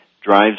drives